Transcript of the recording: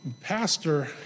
pastor